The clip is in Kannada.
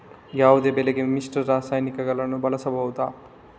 ಯಾವುದೇ ಬೆಳೆಗೆ ಮಿಶ್ರ ರಾಸಾಯನಿಕಗಳನ್ನು ಬಳಸಬಹುದಾ?